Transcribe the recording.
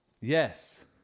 yes